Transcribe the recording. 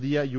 പുതിയ യു